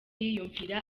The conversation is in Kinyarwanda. yiyumvira